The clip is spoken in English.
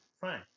fine